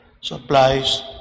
supplies